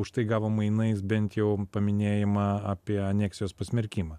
už tai gavo mainais bent jau paminėjimą apie aneksijos pasmerkimą